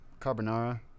carbonara